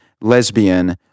lesbian